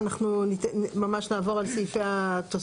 אם נתקעתי עם פג תוקף מסיבה כלשהי,